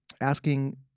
asking